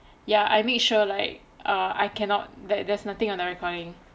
ya I made sure like ah I cannot that there's nothing on the recording